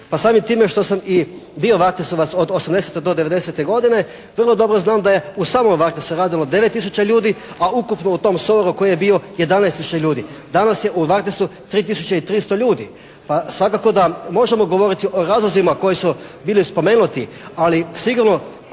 Pa samim time što sam i bio «varteksovac» od 1980. do 1990. godine vrlo dobro znam da je u samom Varteksu radilo 9 tisuća ljudi, a ukupno u tom SOUR-u koji je bio 11 tisuća ljudi. Danas je u Varteksu 3 tisuće i 300 ljudi. Pa svakako da možemo govoriti o razlozima koji su bili spomenuti. Ali sigurno